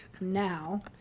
now